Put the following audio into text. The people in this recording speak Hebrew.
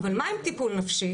אבל מה עם טיפול נפשי?